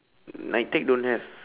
NITEC don't have